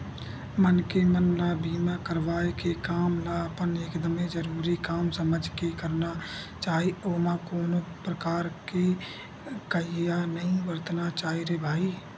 मनखे मन ल बीमा करवाय के काम ल अपन एकदमे जरुरी काम समझ के करना चाही ओमा कोनो परकार के काइही नइ बरतना चाही रे भई